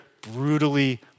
brutally